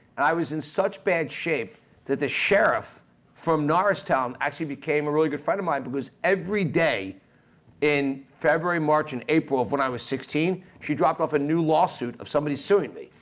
and i was in such bad shape that the sheriff from norristown actually became a really good friend of mine because every day in february, march, and april of when i was sixteen, she dropped off a new lawsuit of somebody suing me.